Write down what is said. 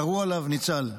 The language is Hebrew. ירו עליו, הוא ניצל.